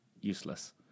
useless